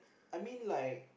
I mean like